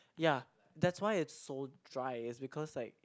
ya that's why it so dry is because like